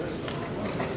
19 בעד,